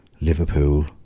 liverpool